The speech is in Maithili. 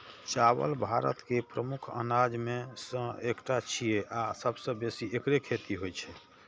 चावल भारत के प्रमुख अनाज मे सं एकटा छियै आ सबसं बेसी एकरे खेती होइ छै